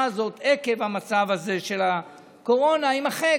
הזאת עקב המצב הזה של הקורונה יימחק.